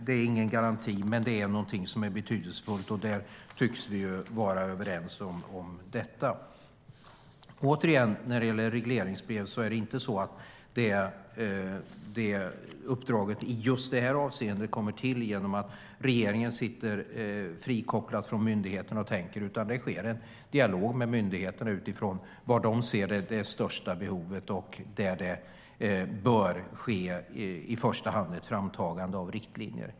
Det är ingen garanti, men det är betydelsefullt. Där tycks vi vara överens. Återigen: När det gäller regleringsbrev är det inte så att uppdraget i just det här avseendet kommer till genom att regeringen sitter frikopplad från myndigheterna och tänker, utan det sker en dialog med myndigheterna utifrån vad de ser är det största behovet och var det i första hand bör ske ett framtagande av riktlinjer.